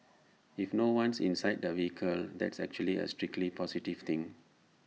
if no one's inside the vehicle that's actually A strictly positive thing